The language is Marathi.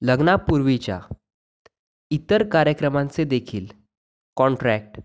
लग्नापूर्वीच्या इतर कार्यक्रमांचे देखील कॉन्ट्रॅक्ट